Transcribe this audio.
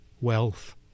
wealth